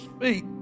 feet